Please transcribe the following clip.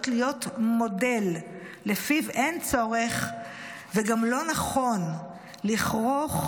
להיות מודל שלפיו אין צורך וגם לא נכון לכרוך